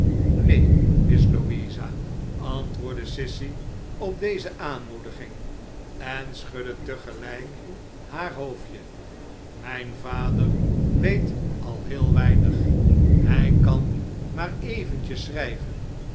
miss louisa antwoordde sissy op deze aanmoediging en schudde tegelijk haar hoofdje mijn vader weet al heel weinig hij kan maar eventjes schrijven